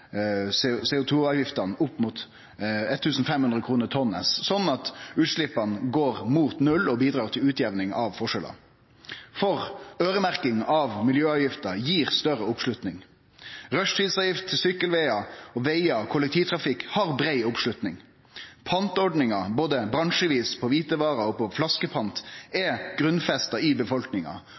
opp mot 1 500 kr tonnet slik at utsleppa går mot null og bidrar til utjamning av forskjellar. Øyremerking av miljøavgifter gir større oppslutning. Rushtidsavgift til sykkelvegar, vegar og kollektivtrafikk har brei oppslutning. Panteordninga, både bransjevis på kvitevarer og på flasker, er grunnfesta i befolkninga,